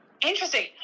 interesting